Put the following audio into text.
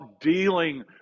dealing